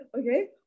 Okay